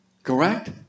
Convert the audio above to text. Correct